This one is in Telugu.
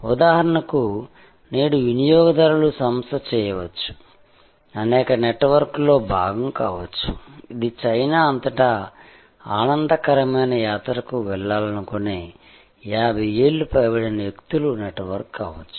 ఉదాహరణకు నేడు వినియోగదారులు సంస్థ చేయవచ్చు అనేక నెట్వర్క్లలో భాగం కావచ్చు ఇది చైనా అంతటా ఆనందకరమైన యాత్రకు వెళ్లాలనుకునే 50 ఏళ్లు పైబడిన వ్యక్తుల నెట్వర్క్ కావచ్చు